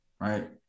right